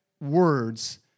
words